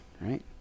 right